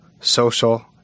social